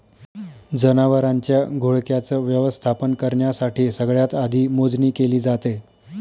जनावरांच्या घोळक्याच व्यवस्थापन करण्यासाठी सगळ्यात आधी मोजणी केली जाते